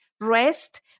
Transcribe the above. rest